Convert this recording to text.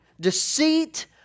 deceit